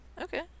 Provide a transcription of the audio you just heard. Okay